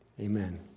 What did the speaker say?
amen